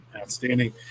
Outstanding